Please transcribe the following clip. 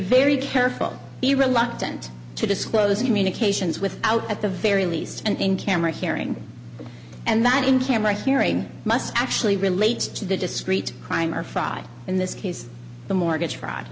very careful be reluctant to disclose communications without at the very least and in camera hearing and that in camera hearing must actually relates to the discrete crime or fry in this case the mortgage